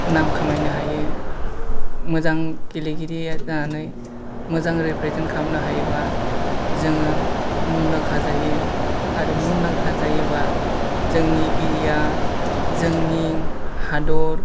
नाम खामायनो हायो मोजां गेलेगिरि जानानै मोजां रिप्रेजेन्ट खालामनो हायोब्ला जोङो मुंदांखा जायो आरो मुंदांका जायोब्ला जोंनि एरिया जोंनि हादर